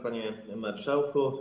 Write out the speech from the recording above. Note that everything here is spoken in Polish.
Panie Marszałku!